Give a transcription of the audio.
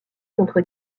contre